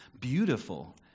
beautiful